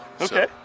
Okay